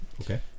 Okay